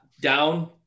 down